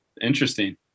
Interesting